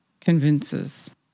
convinces